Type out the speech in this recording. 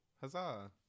Huzzah